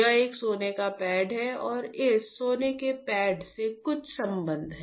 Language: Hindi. यह एक सोने का पैड है और इस सोने के पैड से कुछ संबंध है